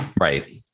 right